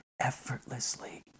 effortlessly